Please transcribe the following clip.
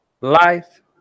life